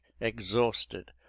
exhausted